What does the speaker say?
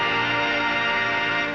and